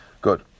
Good